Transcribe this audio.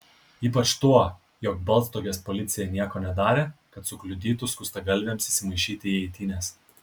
ypač tuo jog baltstogės policija nieko nedarė kad sukliudytų skustagalviams įsimaišyti į eitynes